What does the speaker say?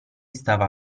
stava